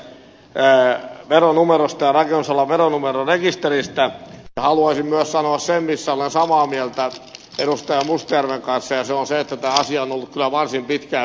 haluaisin myös sanoa sen missä olen samaa mieltä edustaja mustajärven kanssa ja se on se että tämä asia on ollut kyllä varsin pitkään vireillä